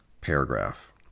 paragraph